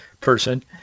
person